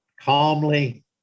calmly